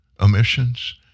emissions